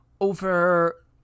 Over